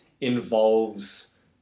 involves